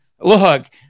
Look